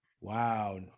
wow